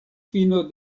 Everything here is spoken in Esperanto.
fino